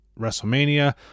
WrestleMania